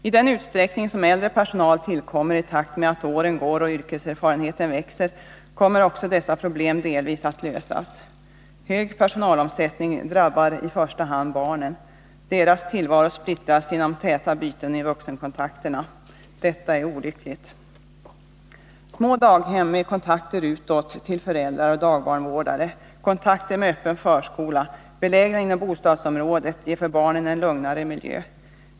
I den utsträckning som äldre personal tillkommer i takt med att åren går och yrkeserfarenheten växer kommer också dessa problem delvis att lösas. Hög personalomsättning drabbar i första hand barnen. Deras tillvaro splittras genom täta byten i vuxenkontakterna. Detta är olyckligt. Små daghem belägna inom bostadsområdet och med kontakter utåt till föräldrar och dagbarnvårdare och med öppen förskola ger för barnen en lugnare miljö.